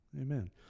amen